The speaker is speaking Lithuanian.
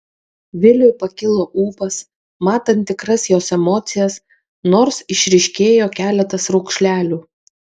viliui pakilo ūpas matant tikras jos emocijas nors išryškėjo keletas raukšlelių